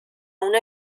una